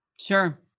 sure